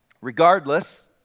Regardless